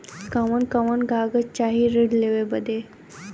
कवन कवन कागज चाही ऋण लेवे बदे?